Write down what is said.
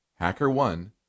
HackerOne